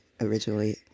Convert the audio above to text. originally